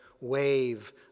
wave